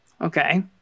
Okay